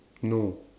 no